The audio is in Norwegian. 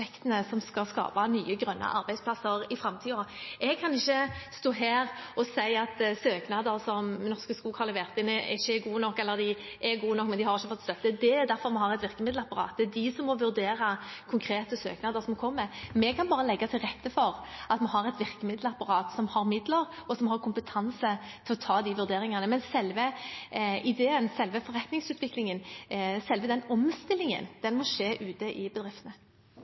som skal skape nye, grønne arbeidsplasser i framtiden. Jeg kan ikke stå her og si at søknader som Norske Skog har levert inn, ikke er gode nok eller er gode nok. Det er derfor vi har et virkemiddelapparat. Det er de som må vurdere konkrete søknader som kommer. Vi kan bare legge til rette for at vi har et virkemiddelapparat som har midler, og som har kompetanse til å ta de vurderingene. Men selve ideen, selve forretningsutviklingen, selve omstillingen må skje ute i bedriftene.